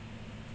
um